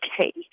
okay